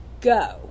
go